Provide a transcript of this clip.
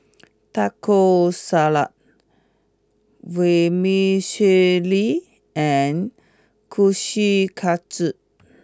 Taco Salad Vermicelli and Kushikatsu